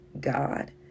god